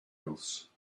else